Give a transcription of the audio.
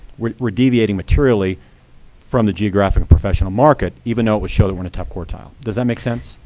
we're we're deviating materially from the geographical professional market, even though it would show that we're in the top quartile. does that make sense?